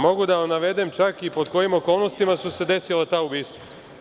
Mogu da vam navedem čak i pod kojim okolnostima su se desila ta ubistva.